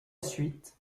suite